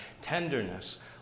tenderness